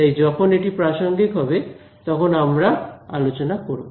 তাই যখন এটি প্রাসঙ্গিক হবে তখন আমরা আলোচনা করব